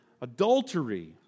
adultery